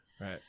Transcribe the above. Right